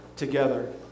Together